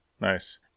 nice